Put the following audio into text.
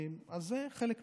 זה חלק מזה.